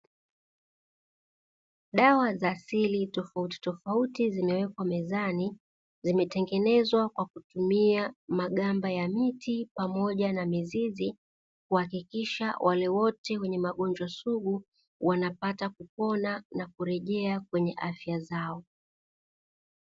Dawa za asili tofauti tofauti zimewekwa mezani, zimetengenezwa kwa kutumia magamba ya miti pamoja na mizizi; kuhakikisha wale wote wenye magonjwa sugu wanapata kupona na kurejea kwenye afya zao.